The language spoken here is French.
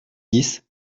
dix